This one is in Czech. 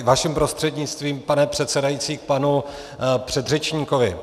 Vaším prostřednictvím, pane předsedající, k panu předřečníkovi.